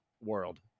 world